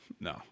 No